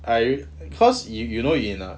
I cause you you know in err